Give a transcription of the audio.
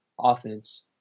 offense